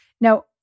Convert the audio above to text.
Now